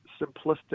simplistic